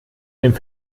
dem